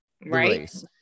Right